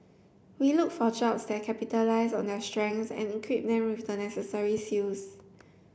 we look for jobs that capitalise on their strengths and equip them with the necessary skills